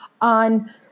on